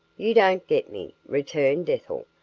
you don't get me, returned ethel.